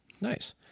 nice